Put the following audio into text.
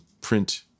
print